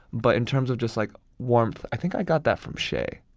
but in terms of just like warmth, i think i got that from shay.